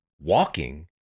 walking